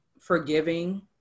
forgiving